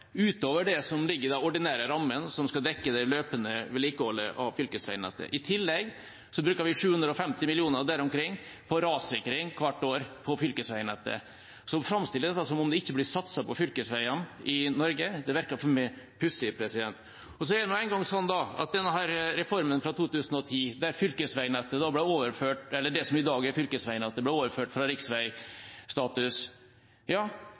utover det som ligger i den ordinære rammen, som skal dekke det løpende vedlikeholdet av fylkesveinettet. I tillegg bruker vi 750 mill. kr, eller der omkring, hvert år på rassikring av fylkesveinettet. Så framstilles dette som om det ikke blir satset på fylkesveiene i Norge, og det virker pussig for meg. Så er det nå engang slik at denne reformen fra 2010 – da det som i dag er fylkesveinettet, ble overført fra